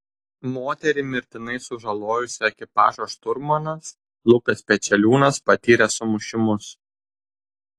moterį mirtinai sužalojusio ekipažo šturmanas lukas pečeliūnas patyrė sumušimus